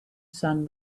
sun